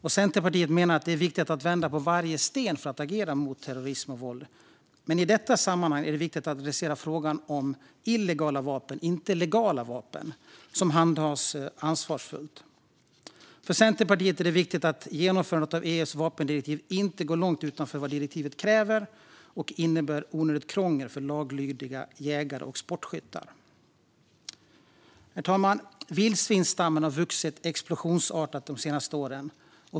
Centerpartiet menar att det är viktigt att vända på varje sten för att agera mot terrorism och våld, men i detta sammanhang är det viktigt att adressera frågan om illegala vapen, inte legala vapen som handhas ansvarsfullt. För Centerpartiet är det viktigt att genomförandet av EU:s vapendirektiv inte går långt utanför vad direktivet kräver och inte innebär onödigt krångel för laglydiga jägare och sportskyttar. Herr talman! Vildsvinsstammen har vuxit explosionsartat de senaste åren.